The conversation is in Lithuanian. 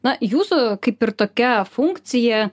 na jūsų kaip ir tokia funkcija